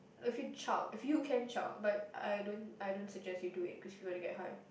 if you chug if you can chug but I don't I don't suggest you do it because you want to get high